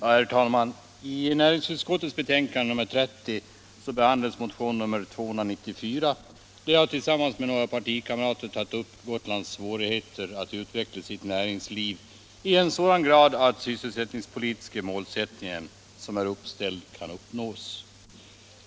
Herr talman! I näringsutskottets betänkande nr 30 behandlas motionen 294, där jag tillsammans med några partikamrater tagit upp Gotlands svårigheter att utveckla sitt näringsliv, så att de uppställda sysselsättningspolitiska målen kan uppnås.